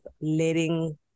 letting